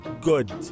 good